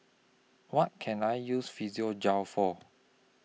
What Can I use Physiogel For